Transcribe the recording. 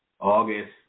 August